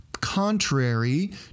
contrary